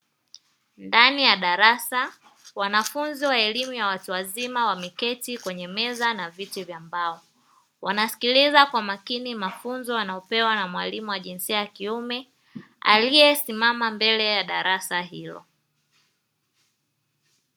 Ndani ya darasa wanafunzi wa elimu ya watu wazima wameketi kwenye meza na viti vya mbao, wanasikiliza kwa makini mafunzo wanayopewa na mwalimu wa jinsia ya kiume aliyesimama mbele ya darasa hilo.